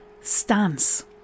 Stance